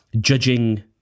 judging